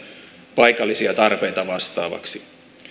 paikallisia tarpeita vastaaviksi